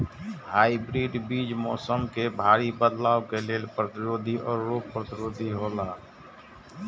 hybrid बीज मौसम में भारी बदलाव के लेल प्रतिरोधी और रोग प्रतिरोधी हौला